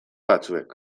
batzuek